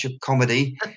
comedy